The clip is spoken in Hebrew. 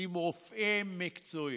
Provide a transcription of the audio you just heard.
עם רופאים מקצועית,